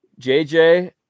JJ